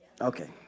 Okay